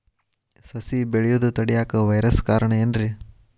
ಸಸಿ ಬೆಳೆಯುದ ತಡಿಯಾಕ ವೈರಸ್ ಕಾರಣ ಏನ್ರಿ?